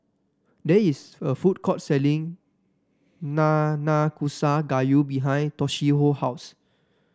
there is a food court selling Nanakusa Gayu behind Toshio house